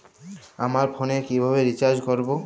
আমার ফোনে কিভাবে রিচার্জ করবো?